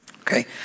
Okay